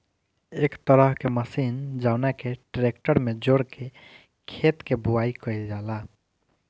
एक तरह के मशीन जवना के ट्रेक्टर में जोड़ के खेत के बोआई कईल जाला